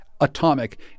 Atomic